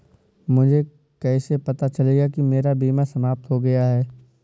मुझे कैसे पता चलेगा कि मेरा बीमा समाप्त हो गया है?